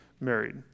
married